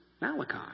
Malachi